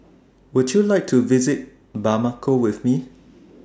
Would YOU like to visit Bamako with Me